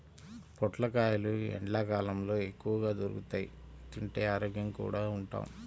పొట్లకాయలు ఎండ్లకాలంలో ఎక్కువగా దొరుకుతియ్, తింటే ఆరోగ్యంగా కూడా ఉంటాం